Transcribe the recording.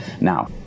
Now